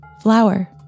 Flower